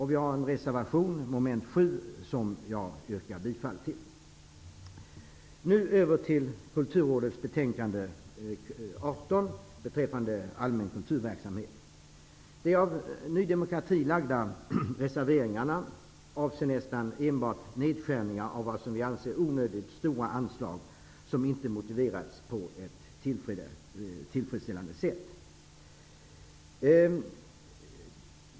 Vi har en reservation till mom. 7 som jag yrkar bifall till. Nu vill jag övergå till kulturutskottets betänkande Ny demokrati tillfogade reservationerna avser nästan enbart nedskärningar av, som vi anser, onödigt stora anslag, som inte motiverats på ett tillfredsställande sätt.